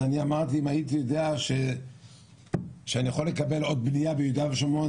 אמרתי שאם הייתי יודע שאני יכול לקבל עוד בנייה ביהודה ושומרון,